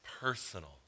personal